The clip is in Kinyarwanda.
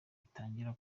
itangira